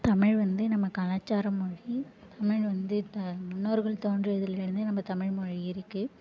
தமிழ் வந்து நம்ம கலாச்சார மொழி தமிழ் வந்து த முன்னோர்கள் தோன்றியதிலிருந்தே நம்ம தமிழ் மொழி இருக்குது